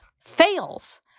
fails